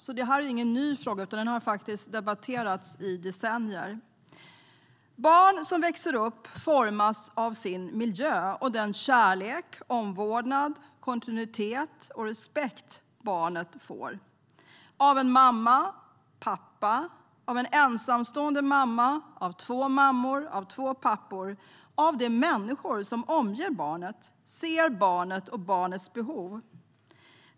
Det är alltså ingen ny fråga, utan den har debatterats i decennier. Barn som växer upp formas av sin miljö och av den kärlek, omvårdnad, kontinuitet och respekt barnet får från en mamma, en pappa, en ensamstående mamma, två mammor eller två pappor - av de människor som omger barnet och som ser barnet och barnets behov.